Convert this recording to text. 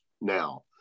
now